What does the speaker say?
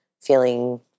feeling